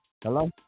hello